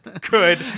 good